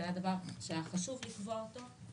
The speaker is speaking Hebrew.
זה דבר שהיה חשוב לקבוע אותו,